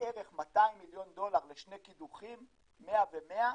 בערך 200 מיליון דולר לשני קידוחים, 100 ו-100,